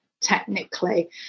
technically